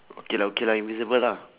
okay lah okay lah invisible lah